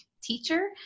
teacher